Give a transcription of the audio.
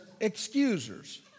excusers